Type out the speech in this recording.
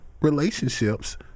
relationships